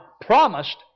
promised